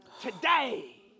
today